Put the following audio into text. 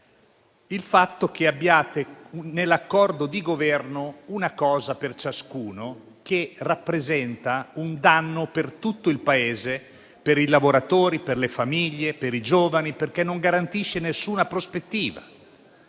Il fatto che nell'accordo di Governo abbiate una cosa per ciascuno rappresenta un danno per tutto il Paese, per i lavoratori, per le famiglie, per i giovani, perché non garantisce alcuna prospettiva.